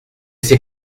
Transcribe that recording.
c’est